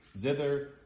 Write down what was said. zither